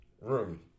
room